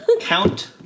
Count